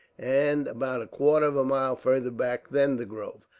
and about a quarter of a mile further back than the grove.